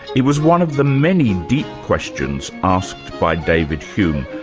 it was one of the many deep questions asked by david hume,